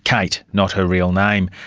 kate, not her real name.